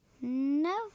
No